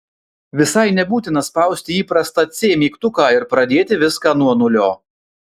visai nebūtina spausti įprastą c mygtuką ir pradėti viską nuo nulio